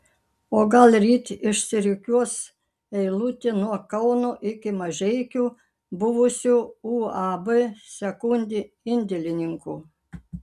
o gal ryt išsirikiuos eilutė nuo kauno iki mažeikių buvusių uab sekundė indėlininkų